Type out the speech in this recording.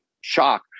shock